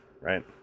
right